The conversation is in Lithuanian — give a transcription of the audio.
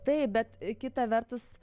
taip bet kita vertus